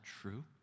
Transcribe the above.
true